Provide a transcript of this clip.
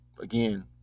Again